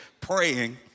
praying